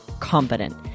competent